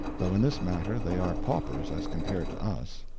though in this matter they are paupers as compared to us.